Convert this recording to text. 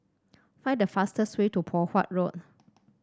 find the fastest way to Poh Huat Road